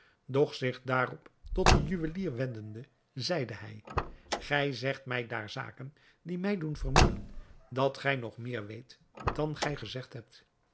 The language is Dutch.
doch zich daarop tot den juwelier wendende zeide hij gij zegt mij daar zaken die mij doen vermoeden dat gij nog meer weet dan gij gezegd hebt